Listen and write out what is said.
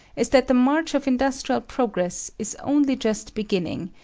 is that the march of industrial progress is only just beginning,